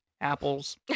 apples